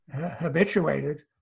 habituated